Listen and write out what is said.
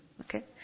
Okay